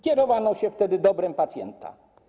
Kierowano się wtedy dobrem pacjenta.